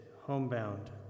homebound